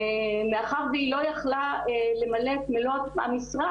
מאחר והיא לא יכלה למלא את מלוא המשרה